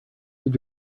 did